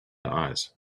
eyes